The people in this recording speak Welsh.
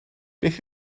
beth